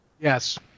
yes